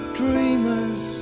dreamers